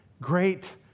great